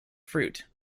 fruit